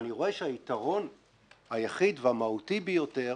אני רואה שהיתרון היחיד והמהותי ביותר